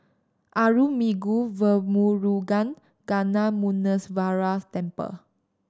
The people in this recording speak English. Arulmigu Velmurugan Gnanamuneeswarar Temple